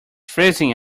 freezing